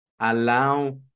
allow